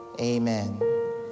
Amen